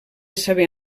saber